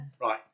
right